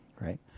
Right